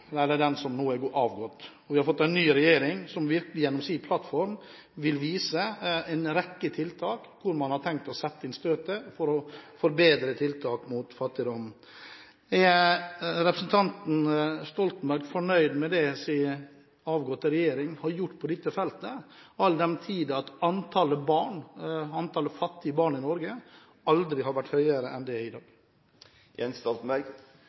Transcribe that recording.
og vi har fått en ny regjering som, gjennom sin plattform, vil vise til en rekke tiltak hvor man har tenkt å sette inn støtet mot fattigdom. Er representanten Stoltenberg fornøyd med det som den avgåtte regjering har gjort på dette feltet, all den tid antallet fattige barn i Norge aldri har vært høyere enn det er i dag?